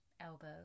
elbow